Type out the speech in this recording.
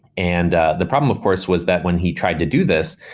and ah the problem of course was that when he tried to do this,